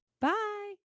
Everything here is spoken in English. Bye